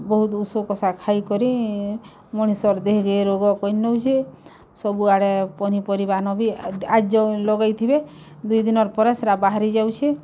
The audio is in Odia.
ବହୁତ୍ ଉଷୋକଷା ଖାଇକରି ମଣିଷର୍ ଦେହେକେ ରୋଗ କରି ନଉଛେ ସବୁ ଆଡ଼େ ପନିପରିବା ନ ବି ଆଜ୍ ଲଗେଇଥିବେ ଦୁଇ ଦିନର୍ ପରେ ସେଟା ବାହାରି ଯାଉଛେ